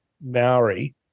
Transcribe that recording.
Maori